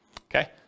Okay